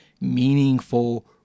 meaningful